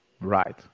right